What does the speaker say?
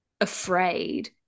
afraid